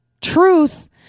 truth